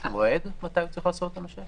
יש מועד מתי הנושה צריך לעשות?